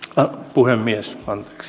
puhemies